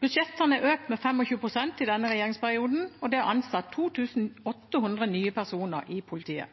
Budsjettene er økt med 25 pst. i denne regjeringsperioden, og det er ansatt 2 800 nye personer i politiet.